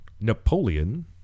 Napoleon